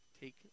take